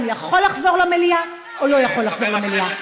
יכול לחזור למליאה או לא יכול לחזור למליאה.